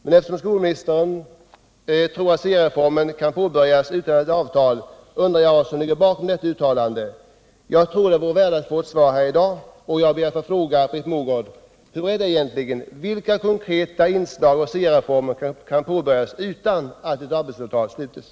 Men eftersom skolministern tror att SIA-reformen kan påbörjas utan ett arbetstidsavtal, undrar jag vad som ligger bakom detta uttalande. Jag tror det skulle vara av stort värde om vi fick en redovisning av det här, och jag ber att få fråga Britt Mogård: Hur är det egentligen? Vilka konkreta inslag av SIA reformen kan påbörjas utan att arbetstidsavtal har slutits?